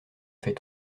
fait